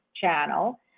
channel